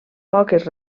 poques